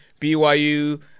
BYU